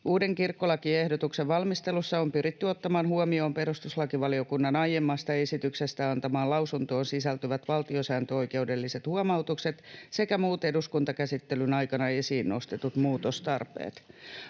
Uuden kirkkolakiehdotuksen valmistelussa on pyritty ottamaan huomioon perustuslakivaliokunnan aiemmasta esityksestä antamaan lausuntoon sisältyvät valtiosääntöoikeudelliset huomautukset sekä muut eduskuntakäsittelyn aikana esiin nostetut muutostarpeet.